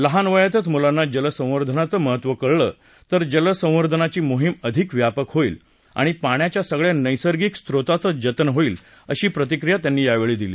लहान वयातच मुलांना जलसंवर्धनाचं महत्त्व कळलं तर जलसंवर्धनाची मोहीम अधिक व्यापक होईल आणि पाण्याच्या सगळ्या नैसर्गिक स्रोतांचं जतन होईल अशी प्रतिक्रिया त्यांनी यावेळी दिली